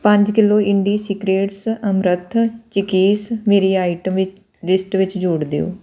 ਪੰਜ kilo indie secrets amaranth chikkis ਮੇਰੀ item ਵਿ ਲਿਸਟ ਵਿੱਚ ਜੋੜ ਦਿਓ